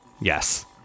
Yes